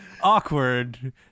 awkward